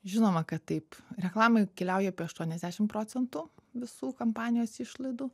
žinoma kad taip reklamai keliauja apie aštuoniasdešim procentų visų kampanijos išlaidų